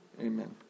Amen